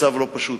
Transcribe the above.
מצב לא פשוט.